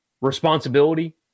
responsibility